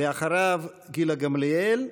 אחריו, גילה גמליאל.